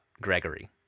gregory